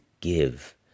give